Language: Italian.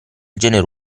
genere